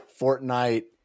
Fortnite